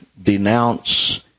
denounce